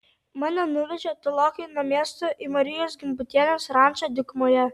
mane nuvežė tolokai nuo miesto į marijos gimbutienės rančą dykumoje